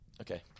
Okay